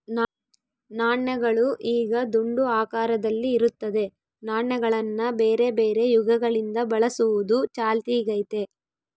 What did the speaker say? ನಾಣ್ಯಗಳು ಈಗ ದುಂಡು ಆಕಾರದಲ್ಲಿ ಇರುತ್ತದೆ, ನಾಣ್ಯಗಳನ್ನ ಬೇರೆಬೇರೆ ಯುಗಗಳಿಂದ ಬಳಸುವುದು ಚಾಲ್ತಿಗೈತೆ